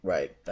Right